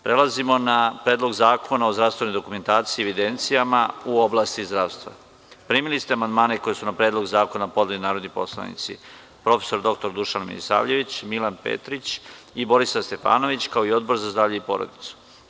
Prelazimo na 4. tačku – PREDLOG ZAKONA O ZDRAVSTVENOJ DOKUMENTACIJI I EVIDENCIJAMA U OBLASTI ZDRAVSTVA Primili ste amandmane koje su na Predlog zakona podneli narodni poslanici: prof. dr Dušan Milisavljević, Milan Petrić i Borislav Stefanović, kao i Odbor za zdravlje i porodicu.